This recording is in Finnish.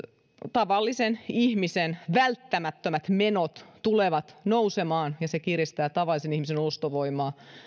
tavallisen ihmisen välttämättömät menot tulevat nousemaan ja se kiristää tavallisen ihmisen ostovoimaa